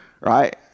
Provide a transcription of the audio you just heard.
Right